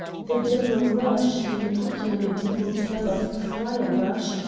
the devil rush, in the popular mediaeval tale of fryer rush,